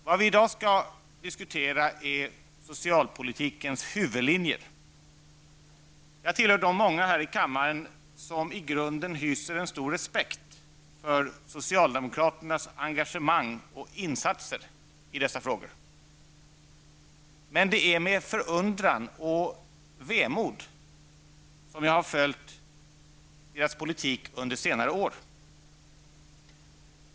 Vad vi i dag skall diskutera är socialpolitikens huvudlinjer. Jag tillhör de många här i kammaren som i grunden hyser en stor respekt för socialdemokraternas engagemang och insatser i dessa frågor. Men det är med förundran och vemod som jag har följt deras politik under senare år.